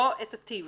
לא את הטיב.